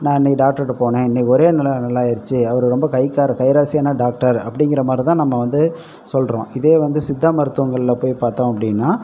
நான் இன்றைக்கு டாக்டர்கிட்ட போனே இன்றைக்கு ஒரே நாளில் நல்லா ஆகிடிச்சி அவர் ரொம்ப கைகார் கை ராசியான டாக்டர் அப்படிங்கிற மாதிரித்தான் நம்ம வந்து சொல்கிறோம் இதே வந்து சித்தா மருத்துவங்களில் போய் பார்த்தோம் அப்படின்னா